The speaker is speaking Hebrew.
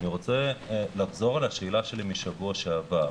אני רוצה לחזור על השאלה שלי משבוע שעבר.